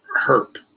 herp